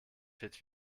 fit